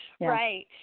Right